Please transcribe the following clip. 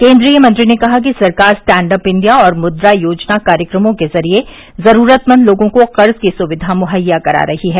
केन्द्रीय मंत्री ने कहा कि सरकार स्टैडअप इण्डिया और मुद्रा योजना कार्यक्रमों के जरिए जरूरतमंद लोगों को कर्ज की सुविधा मुहैयया करा रही है